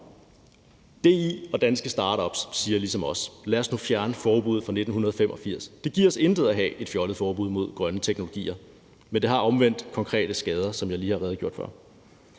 DI og danske startups siger ligesom os: Lad os nu fjerne forbuddet fra 1985. Det giver os intet at have et fjollet forbud mod grønne teknologier, men det har omvendt konkrete skader, som jeg lige har redegjort for.